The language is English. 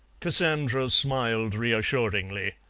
cassandra smiled reassuringly.